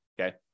okay